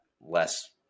less